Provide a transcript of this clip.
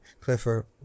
Clifford